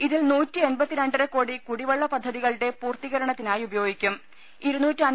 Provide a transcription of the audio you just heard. ഇതിൽ നൂറ്റി എൺപത്തി രണ്ടര കോടി കുടിവ്വെള്ള പദ്ധതികളുടെ പൂർത്തീകരണത്തിനായി ഉപയോഗിക്കൂം